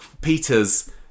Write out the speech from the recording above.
Peter's